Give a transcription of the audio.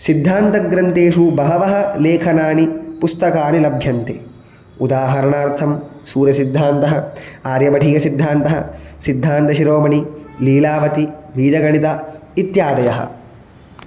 सिद्धान्तग्रन्थेषु बहवः लेखनानि पुस्तकानि लभ्यन्ते उदाहरणार्थं सूर्यसिद्धान्तः आर्यभटीयसिद्धान्तः सिद्धान्तशिरोमणी लीलावती बीजगणितम् इत्यादयः